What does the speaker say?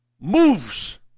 moves